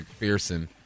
McPherson